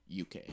UK